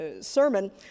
sermon